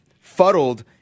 fuddled